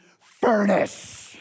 furnace